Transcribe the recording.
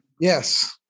Yes